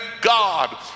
God